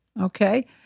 Okay